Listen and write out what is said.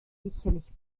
sicherlich